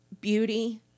beauty